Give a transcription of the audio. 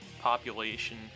population